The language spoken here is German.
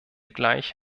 gleich